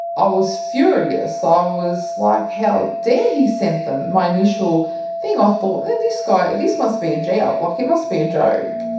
i was furious, ah i was like how dare he sent them. my initial thing, i thought this guy, this must be a gee-up, like it must be a joke.